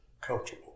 comfortable